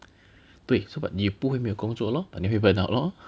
对 so but 你不会没有工作 lor but 你会 burn out lor